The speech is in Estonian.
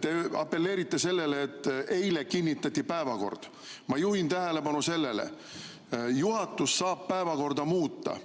Te apelleerite sellele, et eile kinnitati päevakord. Ma juhin tähelepanu sellele, et juhatus saab päevakorda muuta,